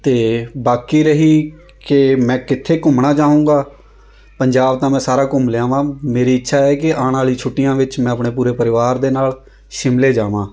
ਅਤੇ ਬਾਕੀ ਰਹੀ ਕਿ ਮੈਂ ਕਿੱਥੇ ਘੁੰਮਣਾ ਚਾਹੁੰਗਾ ਪੰਜਾਬ ਤਾਂ ਮੈਂ ਸਾਰਾ ਘੁੰਮ ਲਿਆ ਵਾਂ ਮੇਰੀ ਇੱਛਾ ਹੈ ਕਿ ਆਉਣ ਵਾਲੀ ਛੁੱਟੀਆਂ ਵਿੱਚ ਮੈਂ ਆਪਣੇ ਪੂਰੇ ਪਰਿਵਾਰ ਦੇ ਨਾਲ ਸ਼ਿਮਲੇ ਜਾਵਾਂ